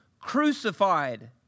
crucified